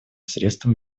средством